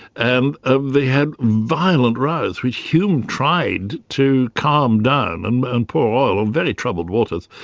and um they had violent rows, which hume tried to calm down um and pour oil on very troubled waters,